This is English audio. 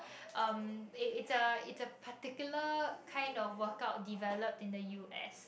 um it's a it's a particular kind of workup developed in the U_S